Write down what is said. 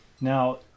now